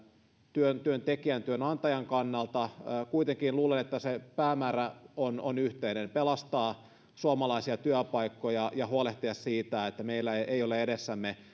työntekijän ja työnantajan kannalta kuitenkin luulen että se päämäärä on on yhteinen pelastaa suomalaisia työpaikkoja ja huolehtia siitä että meillä ei ei ole